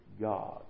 God